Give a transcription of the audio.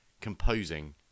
composing